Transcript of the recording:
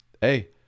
Hey